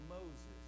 Moses